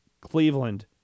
Cleveland